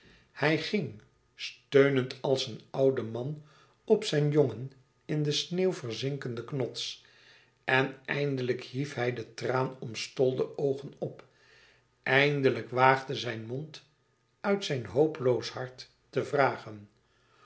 hij ging steunend als een oude man op zijn jongen in de sneeuw verzinkenden knots en eindelijk hief hij de traan omstolde oogen op eindelijk waagde zijn mond uit zijn hopeloos hart te vragen